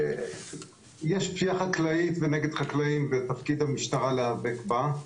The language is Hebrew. יש פשיעה חקלאית נגד חקלאים ותפקיד המשטרה להיאבק בה,